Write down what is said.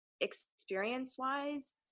experience-wise